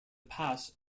pass